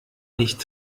nicht